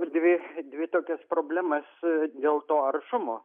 dvi dvi tokias problemas dėl to aršumo